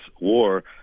war